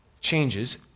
changes